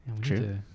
True